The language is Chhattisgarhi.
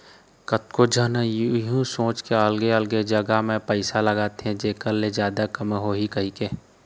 कतको झन ह यहूँ सोच के अलगे अलगे जगा म पइसा लगाथे जेखर ले जादा कमई होवय कहिके